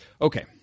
Okay